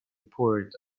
poured